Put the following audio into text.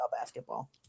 basketball